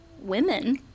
women